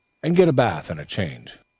and get a bath and a change.